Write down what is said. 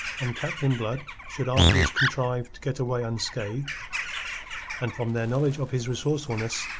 and captain blood should afterwards contrive to get away unscathed and from their knowledge of his resourcefulness,